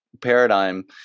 paradigm